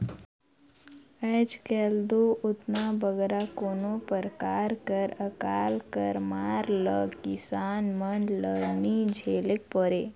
आएज काएल दो ओतना बगरा कोनो परकार कर अकाल कर मार ल किसान मन ल नी झेलेक परे